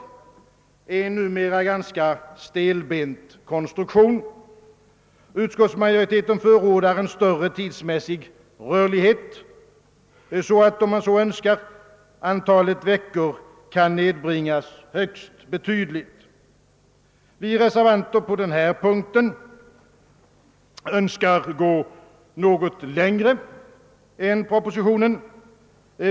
Det är numera en ganska stelbent konstruktion. Utskottsmajoriteten förordar en större tidsmässig rörlighet så att antalet veckor, om man så önskar, kan nedbringas högst betydligt. På den punkten önskar vi reservanter gå något längre än propositionen.